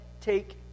take